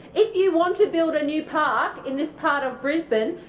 if you want to build a new park in this part of brisbane,